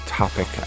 topic